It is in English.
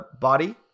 body